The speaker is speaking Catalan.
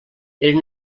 eren